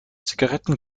zigaretten